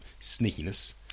sneakiness